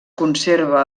conserva